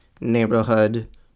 neighborhood